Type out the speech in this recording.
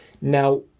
Now